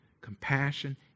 compassion